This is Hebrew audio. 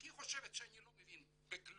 כי היא חושבת שאני לא מבין בכלום